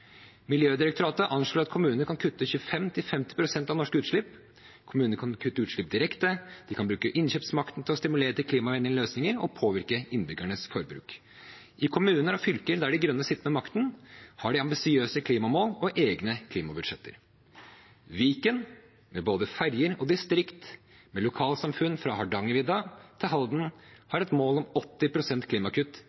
Miljødirektoratet anslår at kommunene kan kutte 25–50 pst. av norske utslipp. Kommunene kan kutte utslipp direkte, og de kan bruke innkjøpsmakten til å stimulere til klimavennlige løsninger og påvirke innbyggernes forbruk. I kommuner og fylker der Miljøpartiet De Grønne sitter med makten, har de ambisiøse klimamål og egne klimabudsjetter. Viken, med både ferje og distrikt, med lokalsamfunn fra Hardangervidda til Halden,